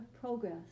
progress